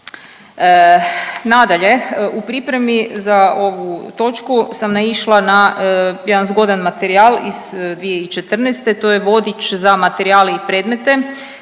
Nadalje, u pripremi za ovu točki sam naišla na jedan zgodan materijal iz 2014., to je Vodič za materijale i predmete